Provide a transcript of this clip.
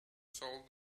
sold